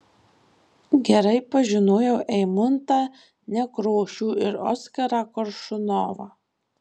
gerai pažinojau eimuntą nekrošių ir oskarą koršunovą